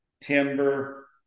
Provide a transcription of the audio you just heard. timber